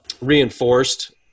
reinforced